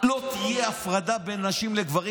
לא תהיה הפרדה בין נשים לגברים,